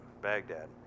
Baghdad